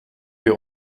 wir